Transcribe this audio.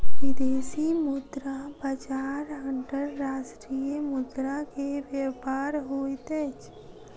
विदेशी मुद्रा बजार अंतर्राष्ट्रीय मुद्रा के व्यापार होइत अछि